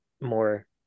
more